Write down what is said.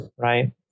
right